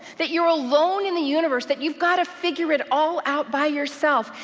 that you're alone in the universe, that you've got to figure it all out by yourself,